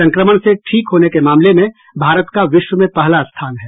संक्रमण से ठीक होने के मामले में भारत का विश्व में पहला स्थान है